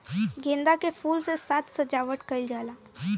गेंदा के फूल से साज सज्जावट कईल जाला